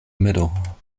middle